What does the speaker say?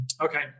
Okay